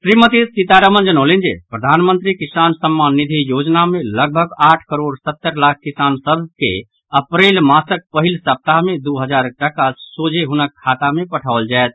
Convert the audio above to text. श्रीमती सीतारमण जनौलनि जे प्रधानमंत्री किसान सम्मान निधि योजना मे लगभग आठ करोड़ सत्तर लाख किसान सभ के अप्रैल मासक पहिल सप्ताह मे दू हजार टाका सोझे हुनक खाता मे पठाओल जायत